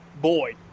boy